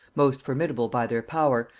most formidable by their power,